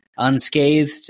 Unscathed